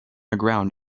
aground